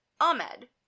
Ahmed